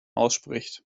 ausspricht